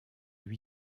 lui